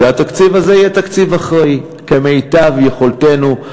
שהתקציב הזה יהיה תקציב אחראי כמיטב יכולתנו,